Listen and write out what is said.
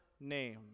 name